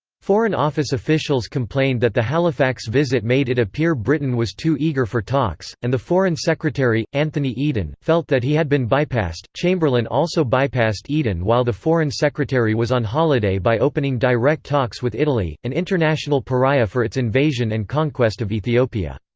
foreign office officials complained that the halifax visit made it appear britain was too eager for talks, and the foreign secretary, anthony eden, felt that he had been bypassed chamberlain also bypassed eden while the foreign secretary was on holiday by opening direct talks with italy, an international pariah for its invasion and conquest of ethiopia.